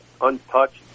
untouched